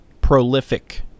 prolific